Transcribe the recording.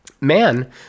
Man